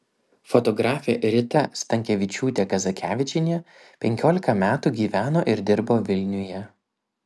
fotografė rita stankevičiūtė kazakevičienė penkiolika metų gyveno ir dirbo vilniuje